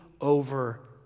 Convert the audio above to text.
over